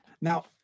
now